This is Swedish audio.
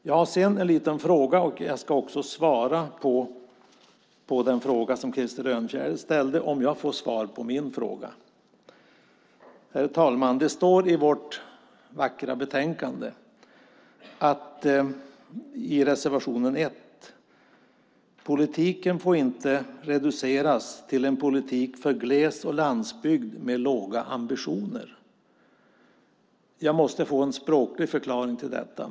Jag har en liten fråga, och jag ska också svara på en fråga som Krister Örnfjäder ställde om jag får svar på min fråga. Det står i vårt vackra betänkande i reservation 1 att politiken inte får reduceras till en politik för gles och landsbygd med låga ambitioner. Jag måste få en språklig förklaring till detta.